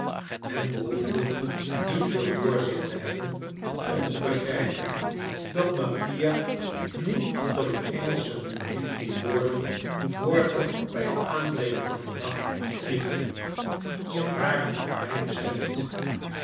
men behoefde niet veel doorzicht te hebben om te begrijpen dat mattia niet tot het engelsche publiek die woorden morgen bij het aanbreken van den dag richtte zij waren voor mij bestemd